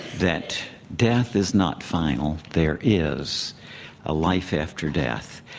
that death is not final, there is a life after death.